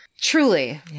Truly